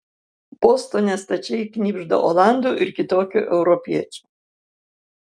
bostone stačiai knibžda olandų ir kitokių europiečių